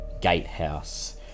gatehouse